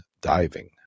diving